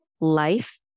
life